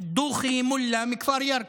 דוכי מולא מכפר ירכא.